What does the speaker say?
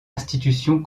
institution